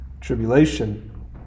tribulation